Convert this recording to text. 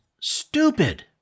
stupid